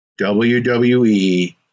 WWE